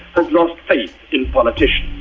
has lost faith in politicians.